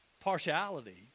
partiality